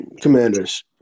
Commanders